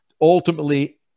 ultimately